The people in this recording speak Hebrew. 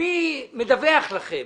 מי מדווח לכם?